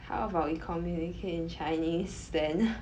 how about we communicate in Chinese then